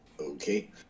Okay